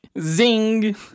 Zing